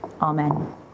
Amen